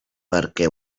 perquè